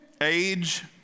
age